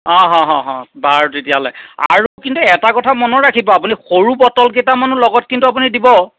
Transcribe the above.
অঁ বাৰু তেতিয়াহ'লে আৰু কিন্তু এটা কথা মনত ৰাখিব আপুনি সৰু বটল কেইটামানো লগত কিন্তু আপুনি দিব